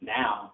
now